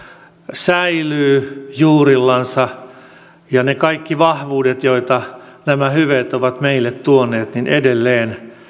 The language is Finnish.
säilyy juurillansa ja ne kaikki vahvuudet joita nämä hyveet ovat meille tuoneet edelleen